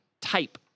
type